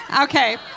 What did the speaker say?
Okay